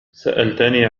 سألتني